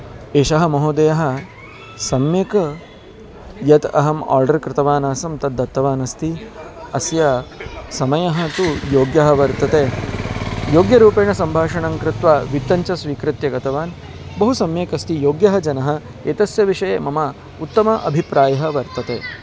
एषः महोदयः सम्यक् यत् अहम् आर्डर् कृतवानासम् तत् दत्तवान् अस्ति अस्य समयः तु योग्यः वर्तते योग्यरूपेण सम्भाषणं कृत्वा वित्तञ्च स्वीकृत्य गतवान् बहु सम्यक् अस्ति योग्यः जनः एतस्य विषये मम उत्तम अभिप्रायः वर्तते